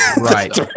Right